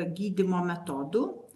gydymo metodų